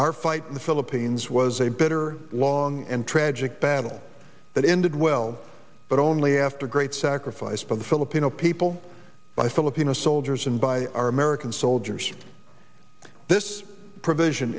our fight in the philippines was a bitter long and tragic battle that ended well but only after great sacrifice by the filipino people by filipino soldiers and by our american soldiers this provision